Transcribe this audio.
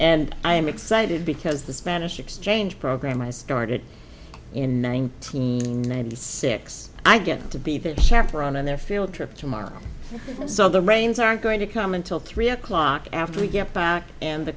and i am excited because the spanish exchange program i started in nineteen ninety six i get to be that chapter on and their field trip tomorrow so the rains are going to come until three o'clock after we get back and the